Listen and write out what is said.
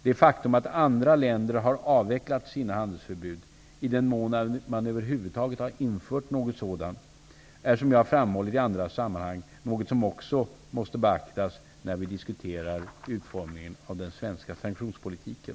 Det faktum att andra länder har avvecklat sina handelsförbud, i den mån man över huvud taget infört något sådant, är som jag har framhållit i andra sammanhang något som måste beaktas när vi diskuterar utformningen av den svenska sanktionspolitiken.